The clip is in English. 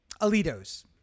Alitos